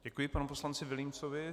Děkuji panu poslanci Vilímcovi.